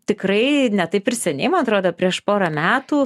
tikrai ne taip ir seniai man atrodo prieš porą metų